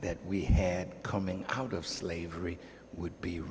that we had coming out of slavery would be